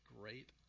great